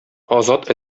азат